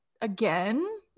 again